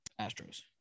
Astros